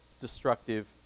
destructive